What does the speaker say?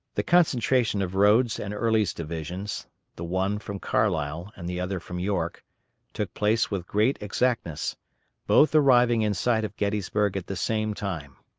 the concentration of rodes' and early's divisions the one from carlisle and the other from york took place with great exactness both arriving in sight of gettysburg at the same time.